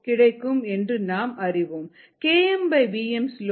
Kmvm slope 58